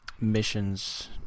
missions